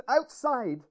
outside